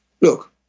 Look